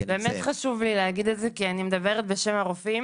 חשוב לי להגיד כי אני מדברת בשם הרופאים